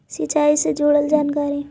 सिंचाई से जुड़ल जानकारी?